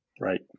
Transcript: Right